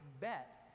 bet